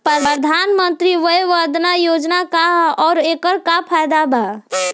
प्रधानमंत्री वय वन्दना योजना का ह आउर एकर का फायदा बा?